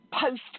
post